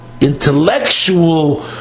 intellectual